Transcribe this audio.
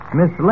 Miss